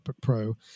Pro